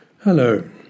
Hello